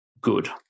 good